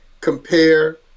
compare